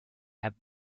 have